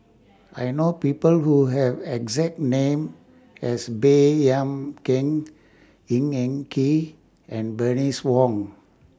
I know People Who Have exact name as Baey Yam Keng Ng Eng Kee and Bernice Wong